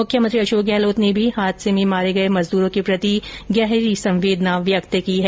मुख्यमंत्री अशोक गहलोत ने भी हादसे में मारे गये मजदूरों के प्रति गहरी संवेदना व्यक्त की है